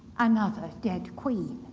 another dead queen.